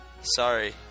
Sorry